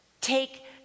take